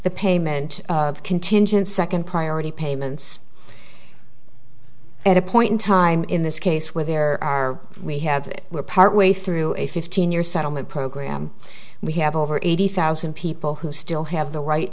the payment of contingent second priority payments at a point in time in this case where there are we have we are part way through a fifteen year settlement program we have over eighty thousand people who still have the right